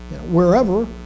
wherever